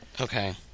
Okay